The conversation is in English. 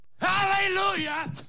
Hallelujah